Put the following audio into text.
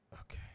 Okay